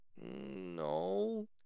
No